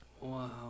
Wow